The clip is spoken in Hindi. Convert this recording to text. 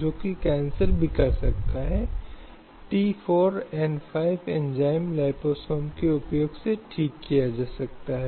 रुख कर सकता है